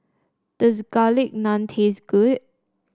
does Garlic Naan taste good